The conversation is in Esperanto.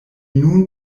nun